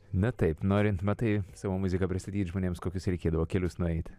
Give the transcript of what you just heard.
na taip norint matai savo muziką pristatyti žmonėms kokius reikėdavo kelius nueiti